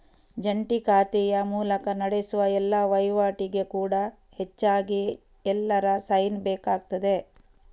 ಜಂಟಿ ಖಾತೆಯ ಮೂಲಕ ನಡೆಸುವ ಎಲ್ಲಾ ವೈವಾಟಿಗೆ ಕೂಡಾ ಹೆಚ್ಚಾಗಿ ಎಲ್ಲರ ಸೈನು ಬೇಕಾಗ್ತದೆ